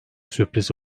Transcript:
sürpriz